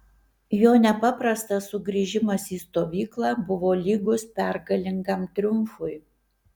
jo nepaprastas sugrįžimas į stovyklą buvo lygus pergalingam triumfui